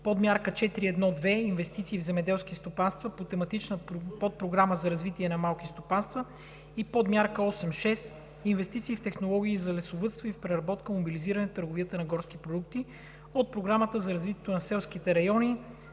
Подмярка 4.1.2 „Инвестиции в земеделски стопанства, по Тематична подпрограма за развитие на малки стопанства“ и Подмярка 8.6 „Инвестиции в технологии за лесовъдство и в преработката, мобилизирането и търговията на горски продукти“ от Програмата за развитие на селските райони